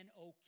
okay